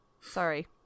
sorry